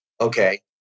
Okay